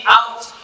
out